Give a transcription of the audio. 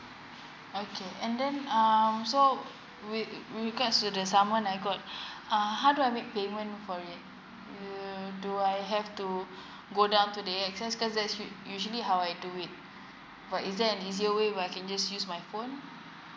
okay and then um so with with regards to the saman I got uh how do I make payment for uh do I have to go down to the A_X_S cause there's usu~ usually how I do it but is there is it a way where I can just use my phone